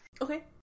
Okay